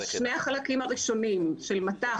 שני החלקים הראשונים של מט"ח,